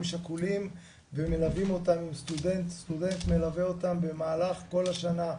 שכולים וסטודנט מלווה אותם במהלך כל השנה,